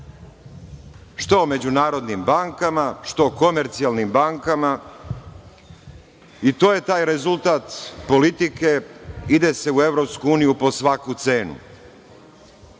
što međunarodnim bankama, što komercijalnim bankama, i to je taj rezultat politike - ide se u EU po svaku cenu.